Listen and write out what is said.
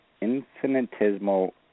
infinitesimal